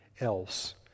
else